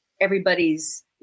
everybody's